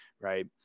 Right